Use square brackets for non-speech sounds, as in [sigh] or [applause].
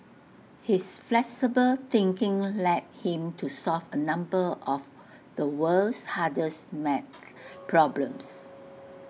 his flexible thinking led him to solve A number of the world's hardest math problems [noise]